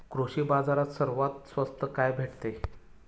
कृषी बाजारात सर्वात स्वस्त काय भेटते?